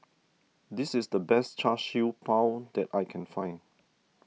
this is the best Char Siew Bao that I can find